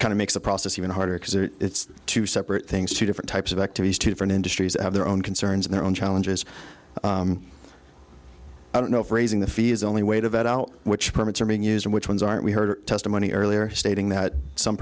kind of makes the process even harder because it's two separate things to different types of activities to different industries have their own concerns in their own challenges i don't know for raising the fees only way to vet out which permits are being used and which ones aren't we heard testimony earlier stating that some